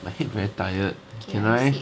my head very tired can I